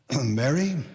Mary